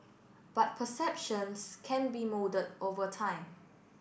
but perceptions can be moulded over time